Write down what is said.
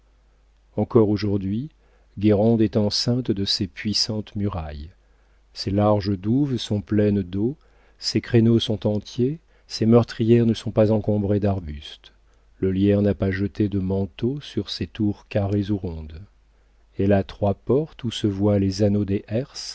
encore aujourd'hui guérande est enceinte de ses puissantes murailles ses larges douves sont pleines d'eau ses créneaux sont entiers ses meurtrières ne sont pas encombrées d'arbustes le lierre n'a pas jeté de manteau sur ses tours carrées ou rondes elle a trois portes où se voient les anneaux